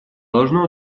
должно